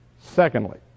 Secondly